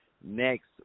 next